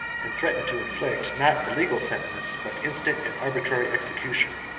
and threatened to inflict, not a legal sentence, but instant and arbitrary execution,